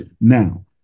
Now